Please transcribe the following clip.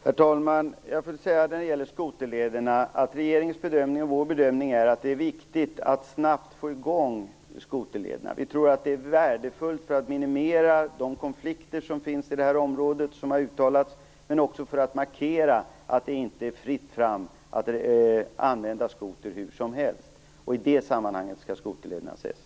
Herr talman! När det gäller skoterlederna är det vår och regeringens bedömning att det är viktigt att snabbt få i gång dessa. Vi tror att det är värdefullt för att minimera de konflikter som finns i det här området, men också för att markera att det inte är fritt fram att använda skoter hur som helst. I det sammanhanget skall skoterlederna ses.